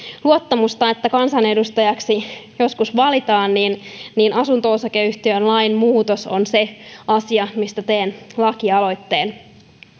luottamusta että kansanedustajaksi joskus valitaan niin niin asunto osakeyhtiölain muutos on se asia mistä teen lakialoitteen